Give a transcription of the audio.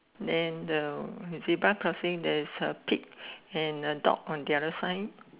then the zebra crossing there is a pig and a dog on the other side